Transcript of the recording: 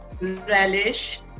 relish